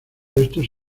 restos